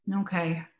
Okay